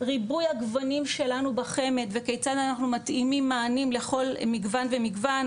ריבוי הגוונים שלנו בחמ"ד וכיצד אנחנו מתאימים מענים לכל מגוון ומגוון,